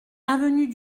avenue